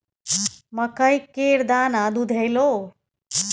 मकइ केर दाना दुधेलौ?